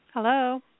Hello